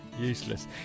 useless